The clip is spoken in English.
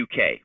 UK